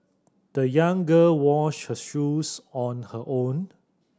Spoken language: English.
the young girl washed her shoes on her own